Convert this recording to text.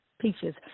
Peaches